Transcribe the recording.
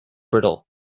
brittle